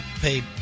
pay